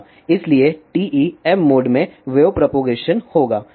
इसलिए TEm mode में wave propagation होगा